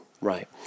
right